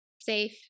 safe